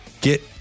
get